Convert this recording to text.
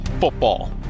football